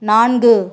நான்கு